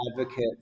advocate